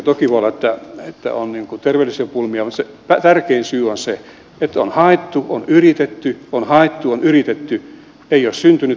toki voi olla että on terveydellisiä pulmia mutta se tärkein syy on se että on haettu on yritetty on haettu on yritetty ei ole syntynyt työpaikkaa